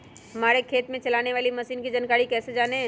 हमारे खेत में चलाने वाली मशीन की जानकारी कैसे जाने?